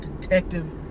detective